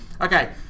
Okay